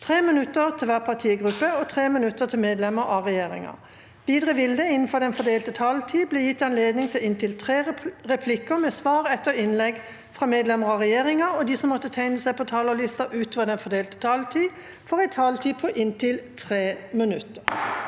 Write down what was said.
3 minutter til hver partigruppe og 3 minutter til medlemmer av regjeringa. Videre vil det – innenfor den fordelte taletid – bli gitt anledning til inntil tre replikker med svar etter innlegg fra medlemmer av regjeringa, og de som måtte tegne seg på talerlista utover den fordelte taletid, får også en taletid på inntil 3 minutter.